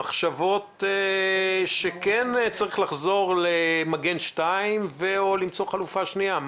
יש מחשבות שצריך לחזור למגן 2 או למצוא חלופה שנייה.